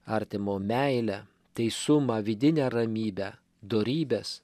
artimo meilę teisumą vidinę ramybę dorybes